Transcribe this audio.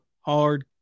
hard